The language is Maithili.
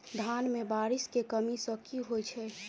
धान मे बारिश केँ कमी सँ की होइ छै?